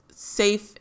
safe